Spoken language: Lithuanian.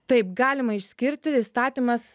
taip galima išskirti įstatymas